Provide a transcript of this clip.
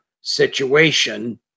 situation